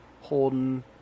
Holden